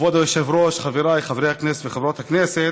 כבוד היושב-ראש, חבריי חברי הכנסת וחברות הכנסת,